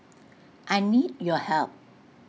I need your help